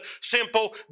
simple